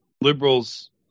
liberals